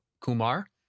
Kumar